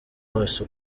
wose